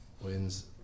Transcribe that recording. wins